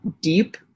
deep